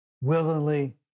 willingly